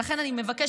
ולכן אני מבקשת,